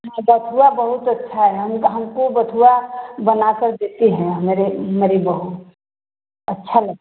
हाँ बथुआ बहुत अच्छा हम हमको बथुआ बनाकर देते हैं हमरे हमरी बहु अच्छा लग